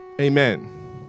Amen